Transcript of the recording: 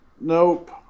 Nope